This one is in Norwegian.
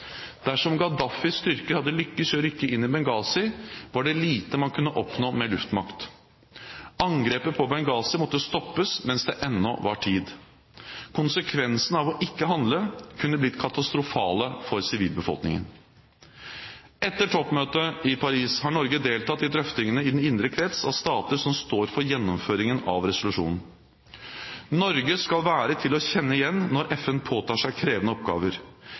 Dersom Gaddafis styrker hadde lyktes i å rykke inn i Benghazi, var det lite man kunne oppnå med luftmakt. Angrepet på Benghazi måtte stoppes, mens det ennå var tid. Konsekvensene av ikke å handle kunne blitt katastrofale for sivilbefolkningen. Etter toppmøtet i Paris har Norge deltatt i drøftingene i den indre kretsen av stater som står for gjennomføringen av resolusjonen. Norge skal være til å kjenne igjen når FN påtar seg krevende oppgaver,